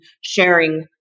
sharing